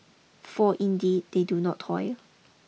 for indeed they do not toil